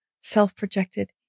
self-projected